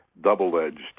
double-edged